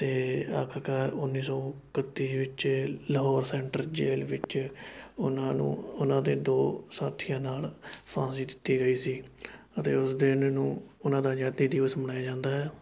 ਅਤੇ ਆਖਰਕਾਰ ਉੱਨੀ ਸੌ ਇਕੱਤੀ ਵਿੱਚ ਲਾਹੌਰ ਸੈਂਟਰ ਜੇਲ੍ਹ ਵਿੱਚ ਉਹਨਾਂ ਨੂੰ ਉਹਨਾਂ ਦੇ ਦੋ ਸਾਥੀਆਂ ਨਾਲ਼ ਫਾਂਸੀ ਦਿੱਤੀ ਗਈ ਸੀ ਅਤੇ ਉਸ ਦਿਨ ਨੂੰ ਉਹਨਾਂ ਦਾ ਆਜ਼ਾਦੀ ਦਿਵਸ ਮਨਾਇਆ ਜਾਂਦਾ ਹੈ